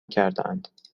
کردهاند